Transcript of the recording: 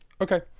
okay